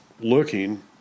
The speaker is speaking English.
looking